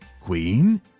Queen